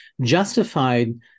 justified